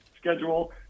schedule